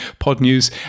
PodNews